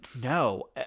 no